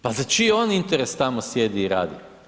Pa za čije on interese tamo sjedi i radi?